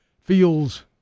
feels